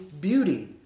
beauty